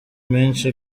menshi